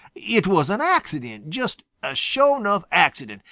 it was an accident, just a sho' nuff accident,